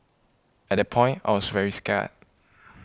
at that point I was very scared